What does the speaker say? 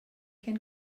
can